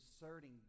inserting